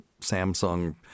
Samsung